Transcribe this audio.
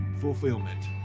fulfillment